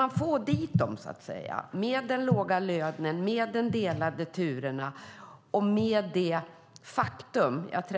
Jag tänker på den låga lönen, de delade turerna och det faktum att